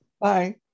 Bye